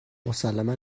مسلما